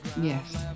yes